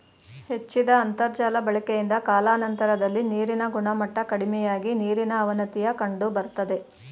ಹೆಚ್ಚಿದ ಅಂತರ್ಜಾಲ ಬಳಕೆಯಿಂದ ಕಾಲಾನಂತರದಲ್ಲಿ ನೀರಿನ ಗುಣಮಟ್ಟ ಕಡಿಮೆಯಾಗಿ ನೀರಿನ ಅವನತಿಯ ಕಂಡುಬರ್ತದೆ